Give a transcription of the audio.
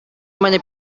many